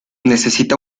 necesita